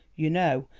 you know,